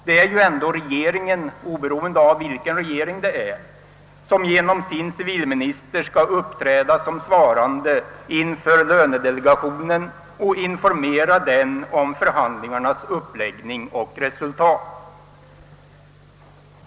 Det är ju ändå regeringen, oberoende av vilken regering det är, som genom sin civilminister skall uppträda som svarande inför lönedelegationen och informera den om förhandlingarnas uppläggning och resultat.